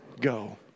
go